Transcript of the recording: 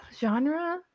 genre